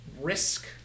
risk